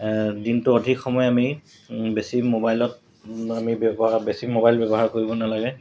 দিনটো অধিক সময় আমি বেছি মোবাইলত আমি ব্যৱহাৰ বেছি মোবাইল ব্যৱহাৰ কৰিব নালাগে